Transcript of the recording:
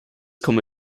komme